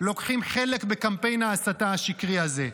לוקחים חלק בקמפיין ההסתה השקרי הזה.